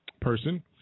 person